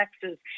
Texas